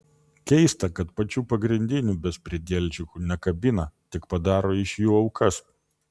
keista kad pačių pagrindinių bezpridielčikų nekabina tik padaro iš jų aukas